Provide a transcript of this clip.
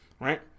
right